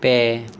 ᱯᱮ